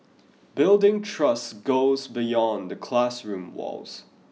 building trust goes beyond the classroom walls